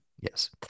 yes